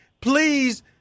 please